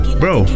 bro